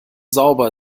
sauber